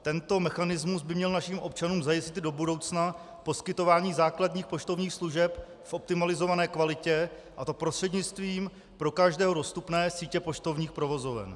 Tento mechanismus by měl našim občanům zajistit do budoucna poskytování základních poštovních služeb v optimalizované kvalitě, a to prostřednictvím pro každého dostupné sítě poštovních provozoven.